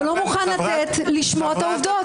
ולא מוכן לשמוע את העובדות.